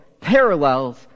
parallels